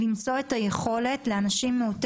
אבל כרגע אנחנו מדברים על סוג הבדיקות ולא על איזה מועד.